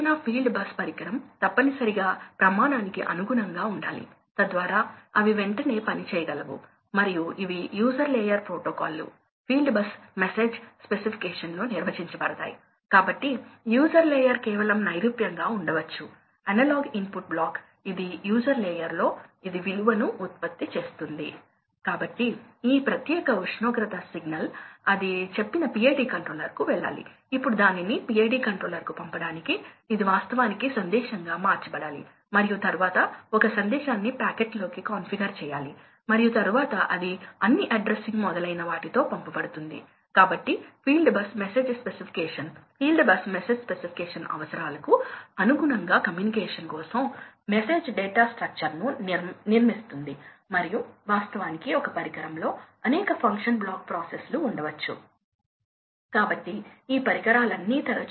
ఒక ఫ్యాన్ లో మీరు యాక్సిస్ మీద కర్వ్ మారే వేగాన్ని మార్చుకుంటే మీరు ఈ విషయాలను ప్రోపోషనల్ లో పొందబోతున్నారు మరియు 2 కాబట్టి హార్స్పవర్ వైవిధ్యాలు N2 ఇవి మారుతూ ఉంటుంది 3 కాబట్టి అదేవిధంగా మీకు P1 తెలిస్తే మీరు ఈ ఫార్ములా ద్వారా P2 ను లెక్కించవచ్చు 2 మీరు ఈ రెండింటి నుండి N ను తొలగిస్తే మీరు ప్రాథమికంగా ఇది పొందుతారు కాబట్టి ఈ రెండు వేగం N2 వద్ద ఉన్నాయి మరియు ఈ రెండు వేగంతో N1 వద్ద ఉన్నాయి కాబట్టి ఇప్పుడు అది తెలిసింది